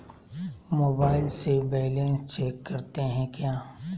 Mobile से balance check करते हैं क्या?